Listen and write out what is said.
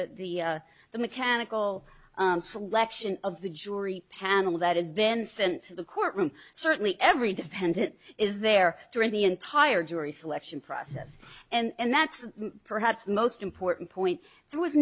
e the mechanical selection of the jury panel that is then sent to the courtroom certainly every dependent is there during the entire jury selection process and that's perhaps the most important point there was